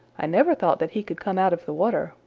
i never thought that he could come out of the water,